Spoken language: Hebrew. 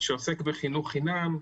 שעוסק בחינוך חינם,